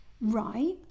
right